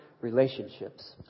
relationships